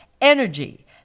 energy